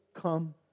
come